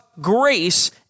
grace